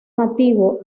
nativo